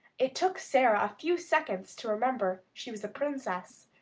it took sara a few seconds to remember she was a princess.